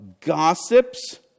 gossips